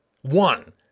one